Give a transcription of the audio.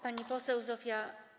Pani poseł Zofia.